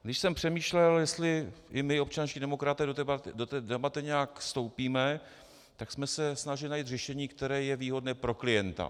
Když jsem přemýšlel, jestli i my, občanští demokraté, do té debaty nějak vstoupíme, tak jsme se snažili najít řešení, které je výhodné pro klienta.